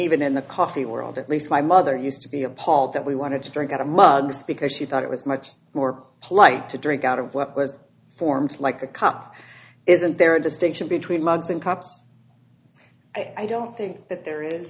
even in the coffee world at least my mother used to be appalled that we wanted to drink out of mugs because she thought it was much more polite to drink out of what was formed like a cup isn't there a distinction between mugs and cups i don't think that there is